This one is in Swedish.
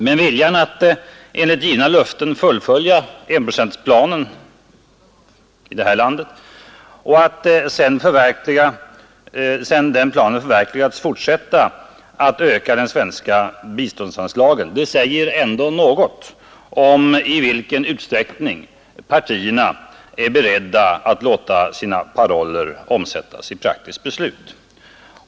Men viljan att enligt givna löften fullfölja enprocentsplanen, och att sedan den förverkligats fortsätta att öka de svenska biståndsanslagen, säger ändå något om i vilken utsträckning partierna är beredda att låta sina paroller omsättas i praktisk handling.